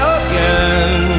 again